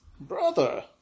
Brother